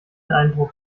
eindruck